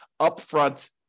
upfront